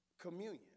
communion